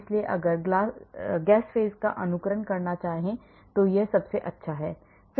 इसलिए अगर gas phase का अनुकरण करना चाहता हूं तो यह सबसे अच्छा है